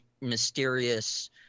mysterious